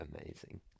amazing